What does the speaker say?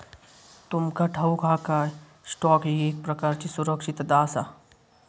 तुमका ठाऊक हा काय, स्टॉक ही एक प्रकारची सुरक्षितता आसा?